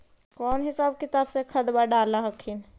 कौन हिसाब किताब से खदबा डाल हखिन?